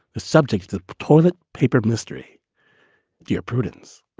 subjects to toilet paper mystery dear prudence,